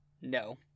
No